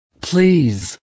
please